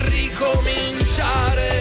ricominciare